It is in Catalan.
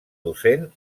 docent